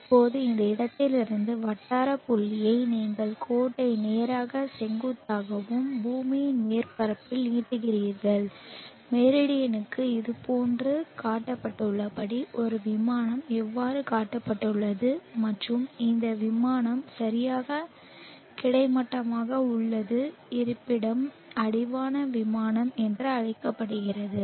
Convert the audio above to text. இப்போது இந்த இடத்திலிருந்து வட்டார புள்ளியை நீங்கள் கோட்டை நேராக செங்குத்தாகவும் பூமியின் மேற்பரப்பிலும் நீட்டிக்கிறீர்கள் மெரிடியனுக்கு இதுபோன்று காட்டப்பட்டுள்ளபடி ஒரு விமானம் எவ்வாறு காட்டப்பட்டுள்ளது மற்றும் இந்த விமானம் சரியாக கிடைமட்டமாக உள்ளது இருப்பிடம் அடிவான விமானம் என்று அழைக்கப்படுகிறது